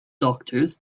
doctors